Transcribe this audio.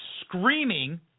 screaming